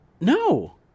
No